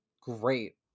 great